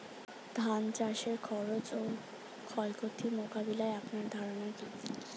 ধান চাষের খরচ ও ক্ষয়ক্ষতি মোকাবিলায় আপনার ধারণা কী?